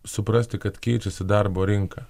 suprasti kad keitusi darbo rinka